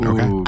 Okay